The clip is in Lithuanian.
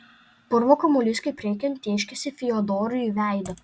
purvo kamuolys kaip reikiant tėškėsi fiodorui į veidą